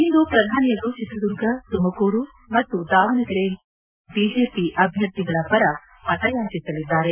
ಇಂದು ಪ್ರಧಾನಿ ಅವರು ಚಿತ್ರದುರ್ಗ ತುಮಕೂರು ಮತ್ತು ದಾವಣೆಗೆರೆ ಲೋಕಸಭಾ ಕ್ಷೆತ್ರಗಳ ಬಿಜೆಪಿ ಅಭ್ದರ್ಥಿಗಳ ಪರ ಮತಯಾಚಿಸಲಿದ್ದಾರೆ